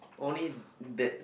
only that